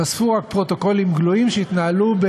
חשפו רק פרוטוקולים גלויים, שהתנהלו,